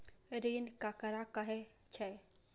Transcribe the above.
ऋण ककरा कहे छै?